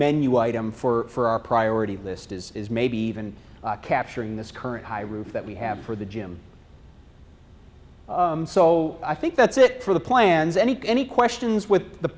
menu item for our priority list is is maybe even capturing this current high roof that we have for the gym so i think that's it for the plans any any questions with the